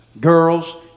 girls